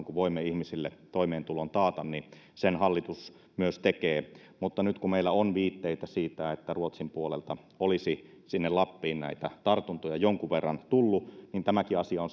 kuin voimme ihmisille toimeentulon taata niin sen hallitus myös tekee mutta nyt kun meillä on viitteitä siitä että ruotsin puolelta olisi sinne lappiin näitä tartuntoja jonkun verran tullut niin on